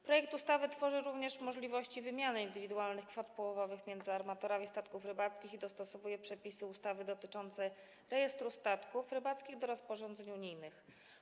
Projekt ustawy tworzy również możliwości wymiany indywidualnych kwot połowowych między armatorami statków rybackich i dostosowuje przepisy ustawy dotyczące rejestru statków rybackich do rozporządzeń unijnych.